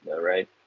right